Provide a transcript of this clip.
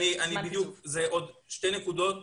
כן, עוד שתי נקודות.